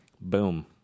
boom